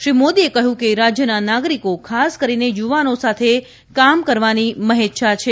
શ્રી મોદીએ કહ્યું કે રાજ્યના નાગરીકો ખાસ કરીને યુવાનો સાથે કામ કરવાની મહેચ્છા છે